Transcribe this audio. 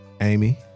Amy